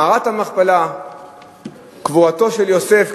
מערת המכפלה וקבורתו של יוסף,